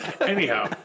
Anyhow